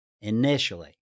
initially